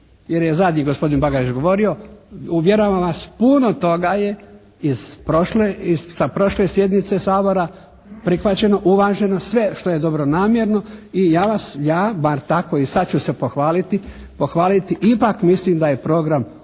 jer je zadnji gospodin Bagarić govorio. Uvjeravam vas puno toga je iz prošle sjednice Sabora prihvaćeno, uvaženo sve što je dobronamjerno. I ja vas, ja bar tako i sad ću se pohvaliti ipak mislim da je program